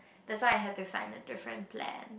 that's why I have to find a different plan